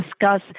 discuss